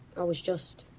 i was just.